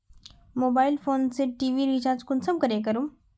Mobile phone से TV recharge कुंसम करे करूम?